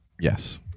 Yes